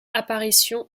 apparitions